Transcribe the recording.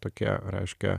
tokie raiškia